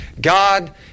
God